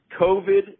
COVID